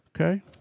Okay